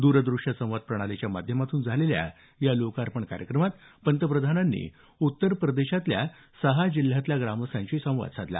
द्रदृष्य संवाद प्रणालीच्या माध्यमातून झालेल्या या लोकार्पण कार्यक्रमात पंतप्रधानांनी उत्तर प्रदेशातल्या सहा जिल्ह्यातल्या ग्रामस्थांशी संवाद साधला